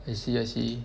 I see I see